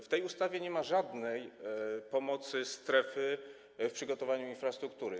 W tej ustawie nie ma żadnej pomocy strefy w przygotowaniu infrastruktury.